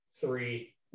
three